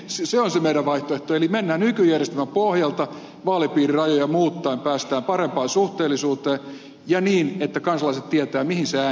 se on se meidän vaihtoehtomme eli mennään nykyjärjestelmän pohjalta vaalipiirirajoja muuttaen päästään parempaan suhteellisuuteen ja niin että kansalaiset tietävät mihin se ääni menee eikä niin ed